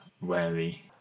wary